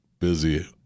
busy